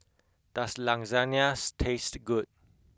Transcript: does Lasagnas taste good